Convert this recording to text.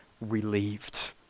relieved